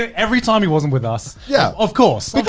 ah every time he wasn't with us, yeah of course. like